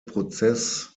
prozess